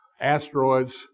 asteroids